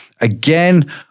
again